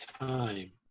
time